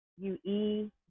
U-E